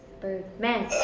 Birdman